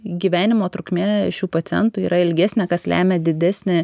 gyvenimo trukmė šių pacientų yra ilgesnė kas lemia didesnį